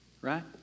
right